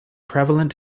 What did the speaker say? prevalent